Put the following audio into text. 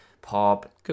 pop